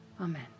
Amen